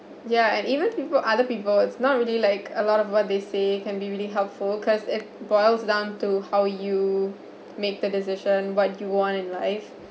ya and even people other people it's not really like a lot of what they say can be really helpful cause it boils down to how you make the decision what you want in life